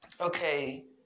okay